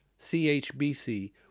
CHBC